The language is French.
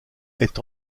est